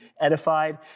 edified